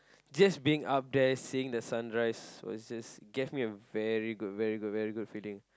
just being up there seeing the sun rise was just it gave me a very good very good very good feeling